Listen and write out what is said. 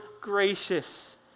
gracious